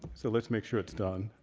so let's make sure it's done.